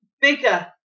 bigger